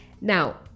Now